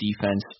defense